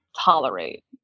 tolerate